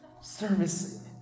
service